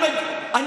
אתה לא ממלא.